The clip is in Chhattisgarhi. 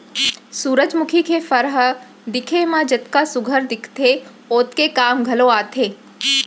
सुरूजमुखी के फर ह दिखे म जतका सुग्घर दिखथे ओतके काम घलौ आथे